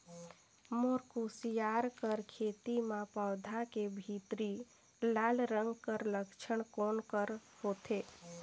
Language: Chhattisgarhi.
मोर कुसियार कर खेती म पौधा के भीतरी लाल रंग कर लक्षण कौन कर होथे?